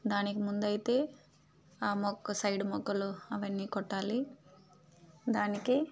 దానికి ముందయితే ఆ మొక్క సైడ్ మొగ్గలు అవన్నీ కొట్టాలి దానికి